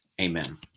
Amen